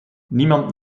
niemand